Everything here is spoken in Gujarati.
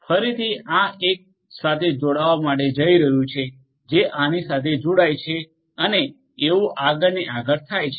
ફરીથી આ એક સાથે જોડાવવા જઇ રહ્યું છે જે આની સાથે જોડાય છે અને એવું આગળ ને આગળ થાય છે